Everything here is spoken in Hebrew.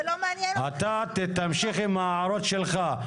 אתה תמשיך עם ההערות שלך.